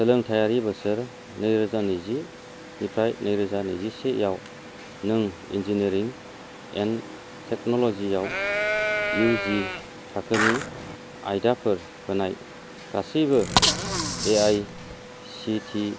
सोलोंथायारि बोसोर नैरोजा नैजिनिफ्राय नैरोजा नैजिसेआव नों इनजिनियारिं एन्ड टेक्न'ल'जि आव इउजि थाखोनि आयदाफोर होनाय गासिबो एआइसिटि